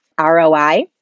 ROI